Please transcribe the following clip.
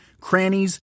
crannies